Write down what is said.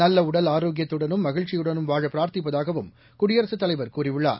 நல்ல உடல் ஆரோக்கியத்துடனும் மகிழ்ச்சியுடனும் வாழ பிரார்த்திப்பதாகவும் குடியரசுத் தலைவர் கூறியுள்ளார்